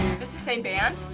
the same band?